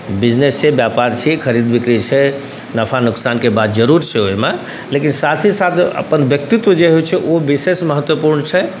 business छै बेपार छै खरीद बिक्री छै नफा नोकसानके बात जरूर छै ओहिमे लेकिन साथ ही साथ अपन व्यक्तित्व जे होइ छै ओ विशेष महत्वपूर्ण छै